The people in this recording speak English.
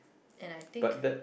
and I think